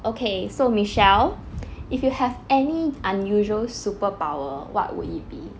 okay so michelle if you have any unusual superpower what would it be